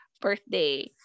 birthday